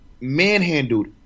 manhandled